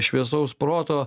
šviesaus proto